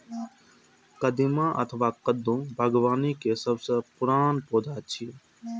कदीमा अथवा कद्दू बागबानी के सबसं पुरान पौधा छियै